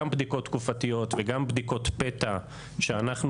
גם בדיקות תקופתיות וגם בדיקות פתע שאנחנו